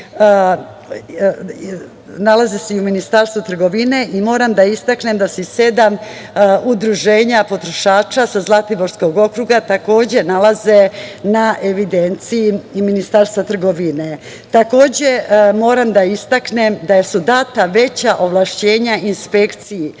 nalaze i u Ministarstvu trgovine i moram da istaknem da se sedam udruženja potrošača sa Zlatiborskog okruga takođe nalaze na evidenciji i Ministarstva trgovine. Takođe, moram da istaknem da su data veća ovlašćenja inspekciji,